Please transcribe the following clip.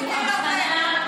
עיקר הדברים הוא הבחנה בין